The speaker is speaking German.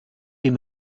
dem